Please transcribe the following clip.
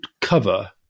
cover